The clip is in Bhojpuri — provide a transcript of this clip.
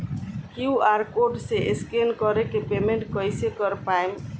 क्यू.आर कोड से स्कैन कर के पेमेंट कइसे कर पाएम?